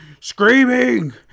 screaming